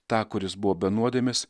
tą kuris buvo be nuodėmės